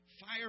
fire